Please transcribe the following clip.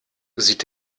sieht